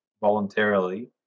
voluntarily